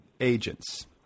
agents